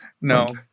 no